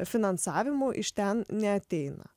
finansavimų iš ten neateina